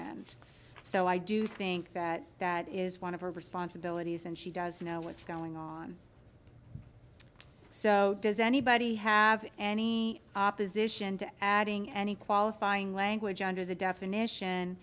end so i do think that that is one of her responsibilities and she does know what's going on so does anybody have any opposition to adding any qualifying language under the definition